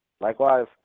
Likewise